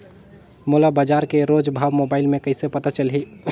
मोला बजार के रोज भाव मोबाइल मे कइसे पता चलही?